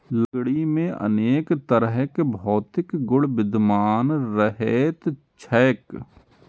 लकड़ी मे अनेक तरहक भौतिक गुण विद्यमान रहैत छैक